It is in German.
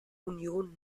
union